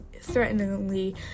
threateningly